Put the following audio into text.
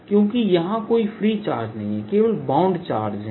क्योंकि यहां कोई फ्री चार्ज नहीं हैं केवल बाउंड चार्ज हैं